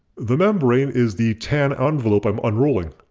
the membrane is the tan envelope i'm unrolling.